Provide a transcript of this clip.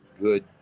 good